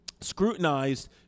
scrutinized